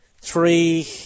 Three